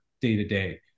day-to-day